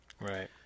Right